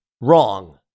wrong